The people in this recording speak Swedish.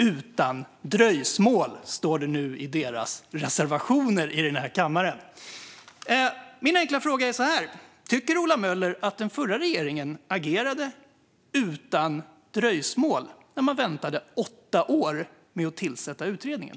Utan dröjsmål, står det nu i deras reservation i betänkandet. Min enkla fråga är: Tycker Ola Möller att den förra regeringen agerade utan dröjsmål när den väntade åtta år med att tillsätta utredningen?